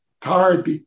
tired